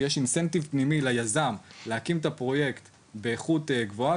יש incentive פנימי ליזם להקים את הפרויקט באיכות גבוהה,